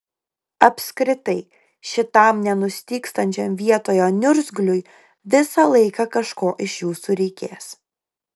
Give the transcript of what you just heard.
apskritai šitam nenustygstančiam vietoje niurzgliui visą laiką kažko iš jūsų reikės